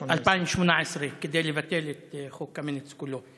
2018. 2018. לבטל את חוק קמיניץ כולו.